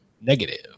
Negative